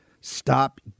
Stop